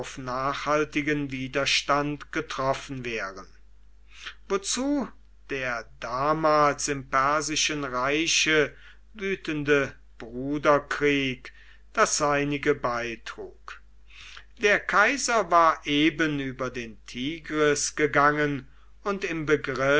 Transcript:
nachhaltigen widerstand getroffen wären wozu der damals im persischen reiche wütende bruderkrieg das seinige beitrug der kaiser war eben über den tigris gegangen und im begriff